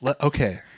okay